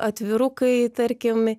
atvirukai tarkim